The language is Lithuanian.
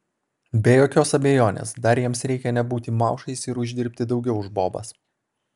be jokios abejonės dar jiems reikia nebūti maušais ir uždirbti daugiau už bobas